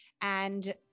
And-